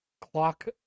Clock